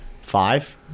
five